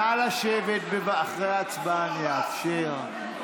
אחרי ההצבעה אני אאפשר.